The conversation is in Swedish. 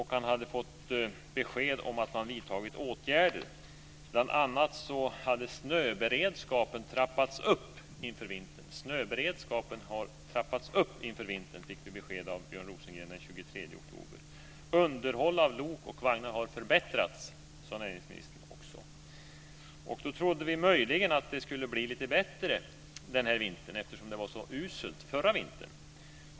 Han hade fått besked om att man vidtagit åtgärder. Det fick vi besked om av Björn Rosengren den 23 oktober. Underhåll av lok och vagnar har förbättrats, sade näringsministern också. Då trodde vi möjligen att det skulle bli lite bättre denna vinter, eftersom det var så uselt förra vintern.